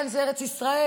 כאן זה ארץ ישראל,